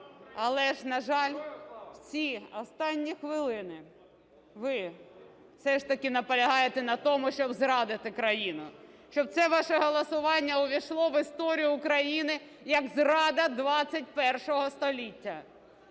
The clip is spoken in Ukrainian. Але ж, на жаль, у ці останні хвилини ви все ж таки наполягаєте на тому, щоб зрадити країну, щоб це ваше голосування увійшло в історію України як зрада XXI століття.